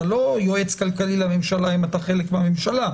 אתה לא יועץ כלכלי לממשלה אם אתה חלק מהממשלה.